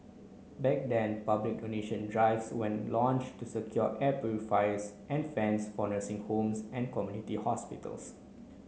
back then public donation drives when launched to secure air purifiers and fans for nursing homes and community hospitals